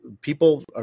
people